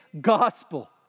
gospel